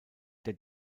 der